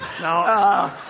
No